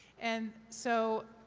and so,